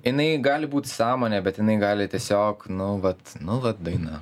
jinai gali būti sąmonė bet jinai gali tiesiog nu vat nu va daina